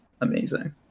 Amazing